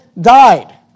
died